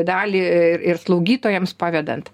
dalį ir slaugytojams pavedant